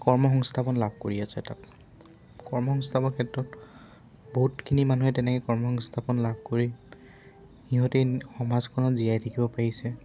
কৰ্ম সংস্থাপন লাভ কৰি আছে তাত কৰ্ম সংস্থাপৰ ক্ষেত্ৰত বহুতখিনি মানুহে তেনেকৈ কৰ্ম সংস্থাপন লাভ কৰি সিহঁতে সমাজখনত জীয়াই থাকিব পাৰিছে